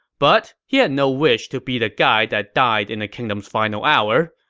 but he had no wish to be the guy that dies in the kingdom's final hour,